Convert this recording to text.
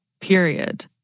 period